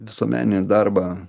visuomeninį darbą